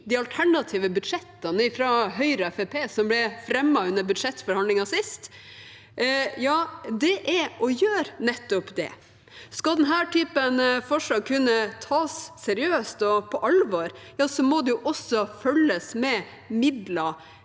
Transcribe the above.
de alternative budsjettene fra Høyre og Fremskrittspartiet som ble fremmet under budsjettbehandlingen sist, er å gjøre nettopp det. Skal denne typen forslag kunne tas seriøst og på alvor, må de også følges med midler